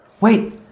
Wait